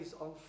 on